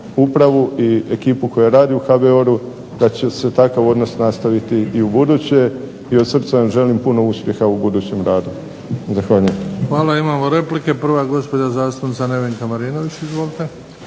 upravu i ekipu koja radi u HBOR-u da će se takav odnos nastaviti i u buduće i od srca vam želim puno uspjeha u budućem radu. Zahvaljujem. **Bebić, Luka (HDZ)** Hvala. Imamo replike. Prva je gospođa zastupnica Nevenka Marinović. Izvolite.